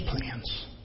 plans